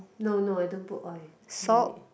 no no I don't put oil no need